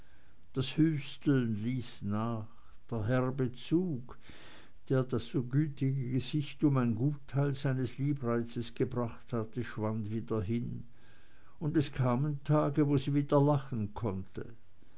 das hüsteln ließ nach der herbe zug der das so gütige gesicht um ein gut teil seines liebreizes gebracht hatte schwand wieder hin und es kamen tage wo sie wieder lachen konnte